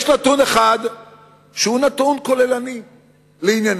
יש נתון אחד שהוא נתון כוללני לענייננו: